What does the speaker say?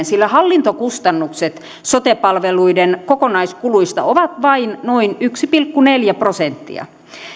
sillä hallintokustannukset sote palveluiden kokonaiskuluista ovat vain noin yksi pilkku neljä prosenttia